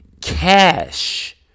cash